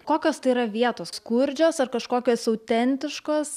kokios tai yra vietos skurdžios ar kažkokios autentiškos